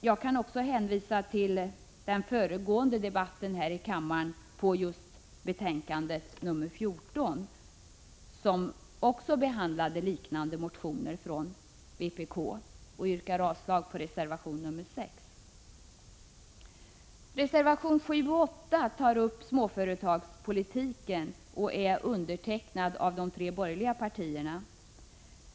Jag kan också hänvisa till den föregående debatten här i kammaren beträffande betänkande 14, där man också behandlar liknande motioner från vpk. Jag yrkar avslag på reservation 6. Reservationerna 7 och 8 tar upp småföretagspolitiken och är undertecknade av de tre borgerliga partierna.